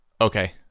Okay